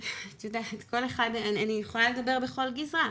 את יודעת, אני יכולה לדבר בכל גיזרה.